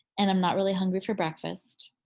and i'm not really hungry for breakfast.